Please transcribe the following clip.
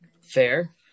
Fair